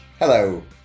Hello